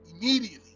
immediately